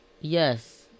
Yes